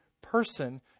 person